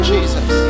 Jesus